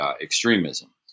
extremism